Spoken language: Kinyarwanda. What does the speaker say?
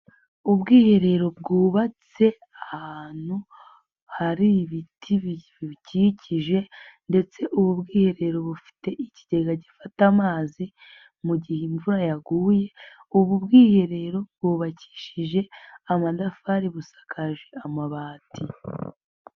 Ubwiherero bwubatse ahantu hari ibiti bibukikije ndetse ubu bwiherero bufite ikigega gifata amazi mu gihe imvura yaguye, ubu bwiherero bwubakishije amatafari, busakaje amabati.